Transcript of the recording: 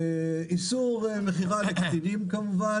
איסור מכירה לקטינים כמובן,